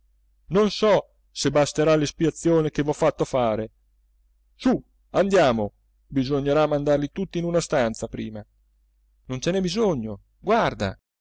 non so se basterà l'espiazione che v'ho fatto fare su andiamo bisognerà mandarli tutti in una stanza prima non ce n'è bisogno guarda